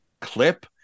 Clip